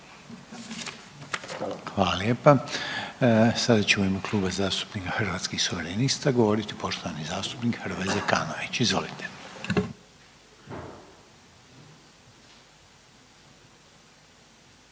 Hvala lijepa. Sada će u ime Kluba zastupnika Hrvatskih suverenista govoriti poštovani zastupnik Hrvoje Zekanović. Izvolite.